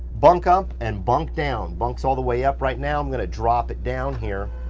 bunk up and bunk down. bunk is all the way up right now. i'm gonna drop it down here.